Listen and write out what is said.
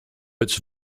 its